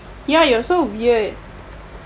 ya you are so weird